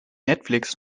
netflix